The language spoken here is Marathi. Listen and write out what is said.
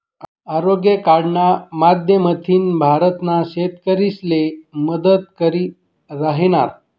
आरोग्य कार्डना माध्यमथीन भारतना शेतकरीसले मदत करी राहिनात